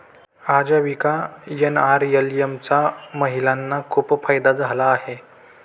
आजीविका एन.आर.एल.एम चा महिलांना खूप फायदा झाला आहे